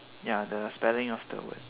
ya the spelling of the word